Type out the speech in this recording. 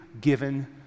given